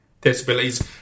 disabilities